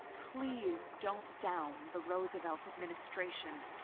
please, don't down the roosevelt administration.